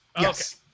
Yes